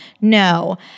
no